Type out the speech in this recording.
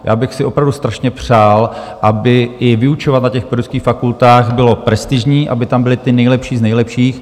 Já bych si opravdu strašně přál, aby i vyučovat na pedagogických fakultách bylo prestižní, aby tam byli ti nejlepší z nejlepších.